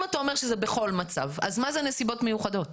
אם אתה אומר שזה בכל מצב, מה זה נסיבות מיוחדות?